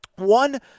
One